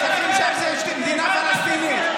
אתה, בשטחים, יש מדינה פלסטינית.